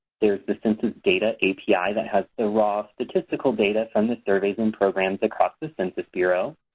there is the census data api that has the raw statistical data from the surveys and programs across the census bureau.